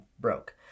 broke